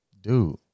dude